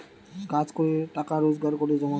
কাজ করে টাকা রোজগার করে জমানো